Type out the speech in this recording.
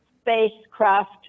spacecraft